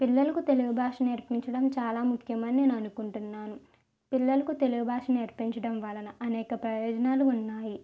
పిల్లలకు తెలుగు భాష నేర్పించడం చాలా ముఖ్యమని నేననుకుంటున్నాను పిల్లలకు తెలుగు భాష నేర్పించడం వలన అనేక ప్రయోజనాలు ఉన్నాయి